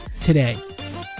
today